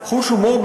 חוש הומור.